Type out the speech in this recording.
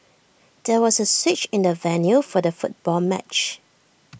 there was A switch in the venue for the football match